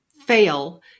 fail